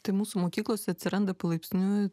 tai mūsų mokyklose atsiranda palaipsniui